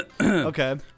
Okay